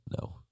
No